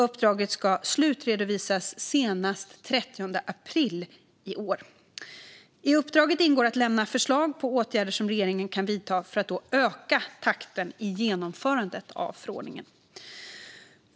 Uppdraget ska slutredovisas senast den 30 april i år. I uppdraget ingår att lämna förslag på åtgärder som regeringen kan vidta för att öka takten i genomförandet av förordningen.